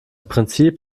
prinzip